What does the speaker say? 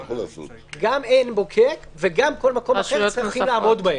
גם עין בוקק וגם כל מקום אחר צריכים לעמוד בהם.